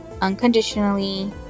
unconditionally